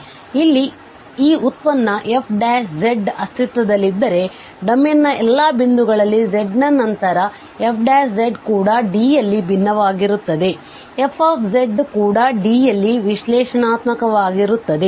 ಆದ್ದರಿಂದ ಇಲ್ಲಿ ಈ ಉತ್ಪನ್ನ f ಅಸ್ತಿತ್ವದಲ್ಲಿದ್ದರೆ ಡೊಮೇನ್ನ ಎಲ್ಲಾ ಬಿಂದುಗಳಲ್ಲಿ z ನಂತರ fಕೂಡ D ಯಲ್ಲಿ ಭಿನ್ನವಾಗಿರುತ್ತದೆ f ಕೂಡ D ಯಲ್ಲಿ ವಿಶ್ಲೇಷಣಾತ್ಮಕವಾಗಿರುತ್ತದೆ